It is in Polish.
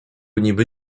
niby